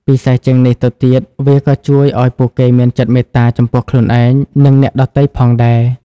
ពិសេសជាងនេះទៅទៀតវាក៏ជួយឱ្យពួកគេមានចិត្តមេត្តា ចំពោះខ្លួនឯង និងអ្នកដទៃផងដែរ។